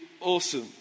awesome